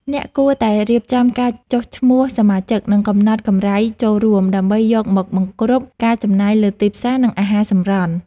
អ្នកគួរតែរៀបចំការចុះឈ្មោះសមាជិក និងកំណត់កម្រៃចូលរួម ដើម្បីយកមកបង្គ្រប់ការចំណាយលើទីតាំង និងអាហារសម្រន់។